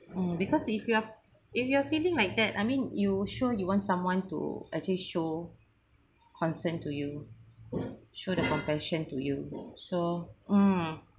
mm because if you are if you are feeling like that I mean you sure you want someone actually show concern to you show the compassion to you so mm